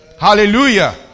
Hallelujah